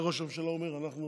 איך ראש הממשלה אומר: אנחנו